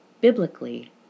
Biblically